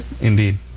Indeed